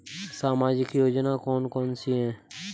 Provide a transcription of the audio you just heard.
सामाजिक योजना कौन कौन सी हैं?